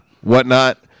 whatnot